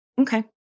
Okay